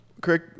Craig